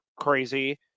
crazy